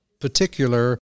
Particular